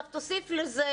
תוסיף לזה